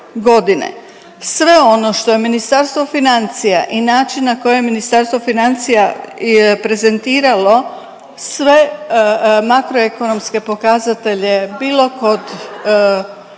Sve ono što je Ministarstvo financija i način na koji Ministarstvo financija prezentiralo sve makroekonomske pokazatelje bilo kod